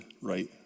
right